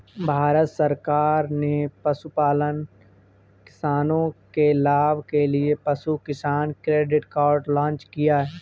भारत सरकार ने पशुपालन किसानों के लाभ के लिए पशु किसान क्रेडिट कार्ड लॉन्च किया